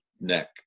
neck